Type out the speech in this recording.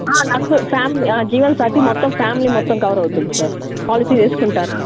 నలుగురు ఫ్యామిలీ ఆ జీవన్ సాథీ మొత్తం ఫ్యామిలీ మొత్తం కవర్ అవుతుంది సార్ పాలసీ చేసుకుంటారా